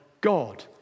God